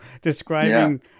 describing